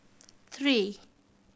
three